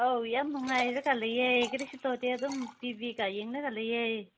ꯑꯧ ꯌꯥꯝ ꯅꯨꯡꯉꯥꯏꯔꯒ ꯂꯩꯌꯦ ꯀꯔꯤꯁꯨ ꯇꯧꯗꯦ ꯑꯗꯨꯝ ꯇꯤ ꯚꯤꯒ ꯌꯦꯡꯂꯒ ꯂꯩꯌꯦ